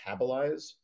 metabolize